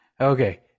Okay